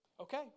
Okay